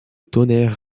tonnerre